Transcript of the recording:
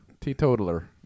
teetotaler